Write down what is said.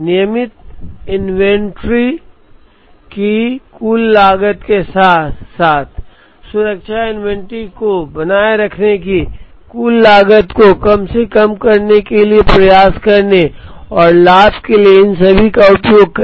नियमित इन्वेंट्री की कुल लागत के साथ साथ सुरक्षा इन्वेंट्री को बनाए रखने की कुल लागत को कम करने के लिए प्रयास करने और लाभ के लिए इन सभी का उपयोग करें